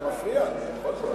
זה מפריע מגיע לו טיפול,